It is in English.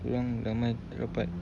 orang ramai tak dapat